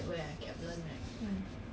but mostly our math all very good lah